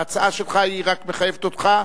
ההצעה שלך רק מחייבת אותך,